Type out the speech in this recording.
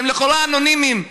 שלכאורה הם אנונימיים,